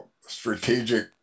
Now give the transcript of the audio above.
strategic